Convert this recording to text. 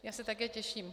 Já se také těším.